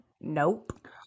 nope